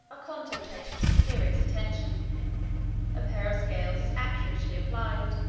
are contemplated with curious attention a pair of scales is accurately applied,